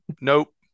nope